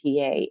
TA